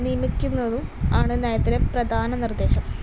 നിയമിക്കുന്നതും ആണ് നയത്തിലെ പ്രധാന നിർദ്ദേശം